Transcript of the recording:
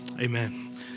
Amen